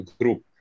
group